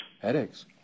Headaches